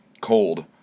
cold